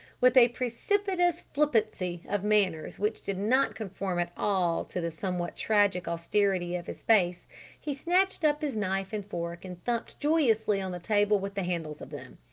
with a precipitous flippancy of manners which did not conform at all to the somewhat tragic austerity of his face he snatched up his knife and fork and thumped joyously on the table with the handles of them.